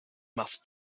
must